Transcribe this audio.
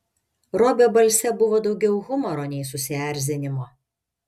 robio balse buvo daugiau humoro nei susierzinimo